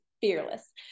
Fearless